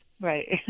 Right